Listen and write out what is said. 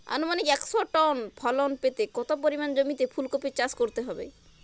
আনুমানিক একশো টন ফলন পেতে কত পরিমাণ জমিতে ফুলকপির চাষ করতে হবে?